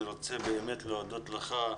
אני רוצה להודות לך.